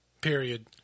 period